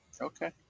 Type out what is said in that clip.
Okay